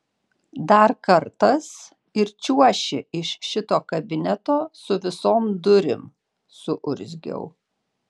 dar kartas ir čiuoši iš šito kabineto su visom durim suurzgiau